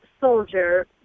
soldier